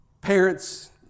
Parents